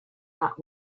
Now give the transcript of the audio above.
that